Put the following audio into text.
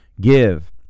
Give